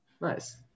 Nice